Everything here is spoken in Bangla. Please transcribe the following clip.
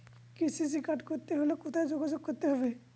কে.সি.সি কার্ড করতে হলে কোথায় যোগাযোগ করতে হবে?